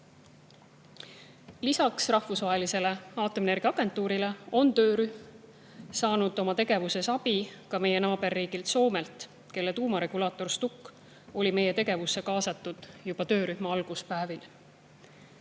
Lisaks Rahvusvahelisele Aatomienergiaagentuurile sai töörühm abi ka meie naaberriigilt Soomelt, kelle tuumaregulaator STUK oli meie tegevusse kaasatud juba töörühma alguspäevil.